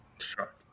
Sure